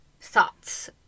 thoughts